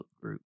group